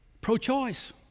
Pro-choice